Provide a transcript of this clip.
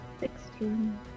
Sixteen